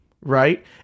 right